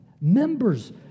Members